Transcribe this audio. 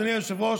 אדוני היושב-ראש,